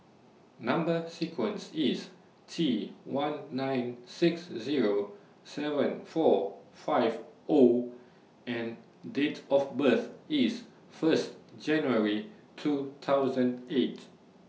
Number sequence IS T one nine six Zero seven four five O and Date of birth IS First January two thousand eight